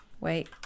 Wait